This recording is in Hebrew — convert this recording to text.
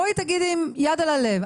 בואי תגידי עם יד על הלב,